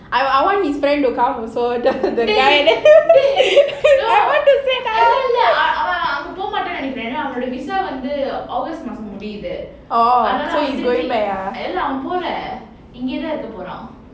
I I want his friends to come also that guy I want to say hi orh so he's going back ah